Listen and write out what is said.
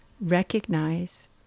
recognize